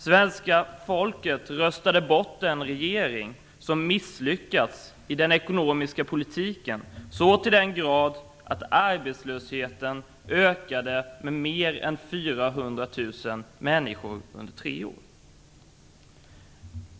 Svenska folket röstade bort den regering som misslyckats med den ekonomiska politiken så till den grad att arbetslösheten ökade med mer än 400 000 människor under tre år.